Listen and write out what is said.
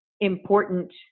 important